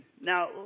Now